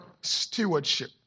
Stewardship